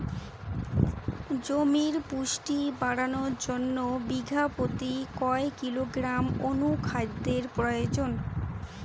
জমির পুষ্টি বাড়ানোর জন্য বিঘা প্রতি কয় কিলোগ্রাম অণু খাদ্যের প্রয়োজন?